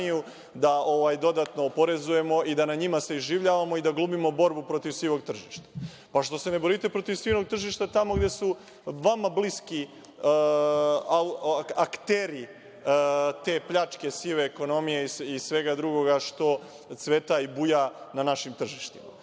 da dodatno oporezujemo da se na njima iživljavamo i da glumimo borbu protiv sivog tržišta. Pa, što se ne borite protiv sivog tržišta tamo gde su vama bliski akteri te pljačke sive ekonomije i svega drugoga što cveta i buja na našim tržištima?